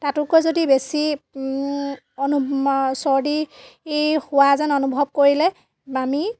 তাতোকৈ যদি বেছি অনু চৰ্দি ই হোৱা যেন অনুভৱ কৰিলে আমি